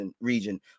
region